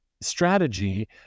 strategy